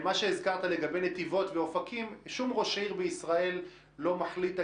מה שהזכרת לגבי נתיבות ואופקים שום ראש עיר בישראל לא מחליט,